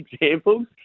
examples